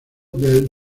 del